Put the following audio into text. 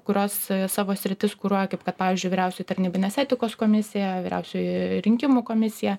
kurios savo sritis kuruoja kaip kad pavyzdžiui vyriausioji tarnybinės etikos komisija vyriausioji rinkimų komisija